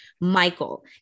Michael